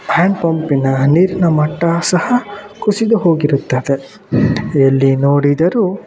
hand ಪಂಪಿನ ನೀರಿನ ಮಟ್ಟ ಸಹ ಕುಸಿದು ಹೋಗಿರುತ್ತದೆ ಎಲ್ಲಿ ನೋಡಿದರು